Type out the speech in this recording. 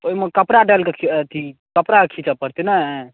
तऽ ओहिमे कपड़ा डालि कऽ खी अथी कपड़ा खीचय पड़तै नहि